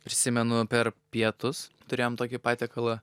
prisimenu per pietus turėjom tokį patiekalą